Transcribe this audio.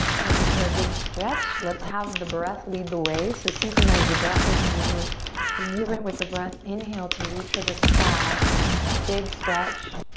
ready for a big stretch let's have the breath lead the way so synchronize the breath with the movement the movement with the breath inhale to reach for the sky big stretch